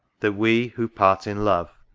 that we, who part in love,